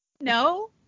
No